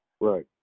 Right